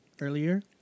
earlier